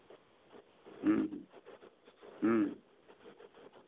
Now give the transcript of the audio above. ᱦᱮᱸ ᱦᱮᱸ ᱦᱮᱸ